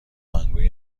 سخنگوی